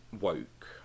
woke